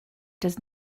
does